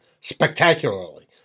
spectacularly